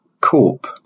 Corp